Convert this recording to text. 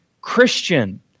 Christian